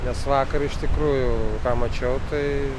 nes vakar iš tikrųjų ką mačiau tai